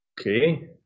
Okay